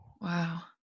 Wow